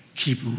Keep